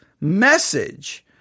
message